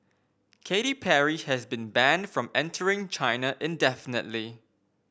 Katy Perry has been banned from entering China indefinitely